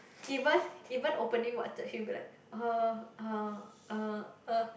even even opening water he will be like uh uh uh uh